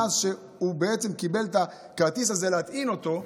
מאז שהוא בעצם קיבל את הכרטיס הזה להטעין אותו,